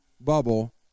bubble